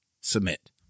submit